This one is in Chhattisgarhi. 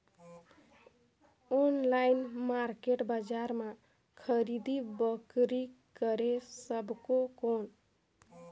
ऑनलाइन मार्केट बजार मां खरीदी बीकरी करे सकबो कौन?